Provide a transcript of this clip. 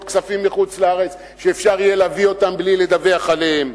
כספים מחוץ-לארץ שאפשר יהיה להביא אותם בלי לדווח עליהם.